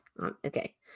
okay